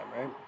right